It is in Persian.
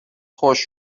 خشک